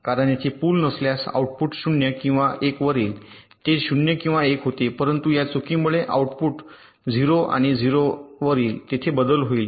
कारण येथे पूल नसल्यास आउटपुट 0 किंवा 1 वर येईल ते 0 किंवा 1 होते परंतु या चुकीमुळे आउटपुट 0 आणि 0 वर येईल तेथे बदल होईल